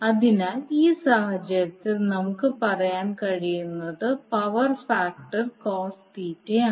അതിനാൽ ആ സാഹചര്യത്തിൽ നമുക്ക് പറയാൻ കഴിയുന്നത് പവർ ഫാക്ടർ കോസ് തീറ്റയാണ്